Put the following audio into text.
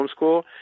homeschool